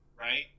Right